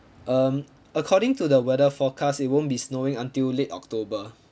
um according to the weather forecast it won't be snowing until late october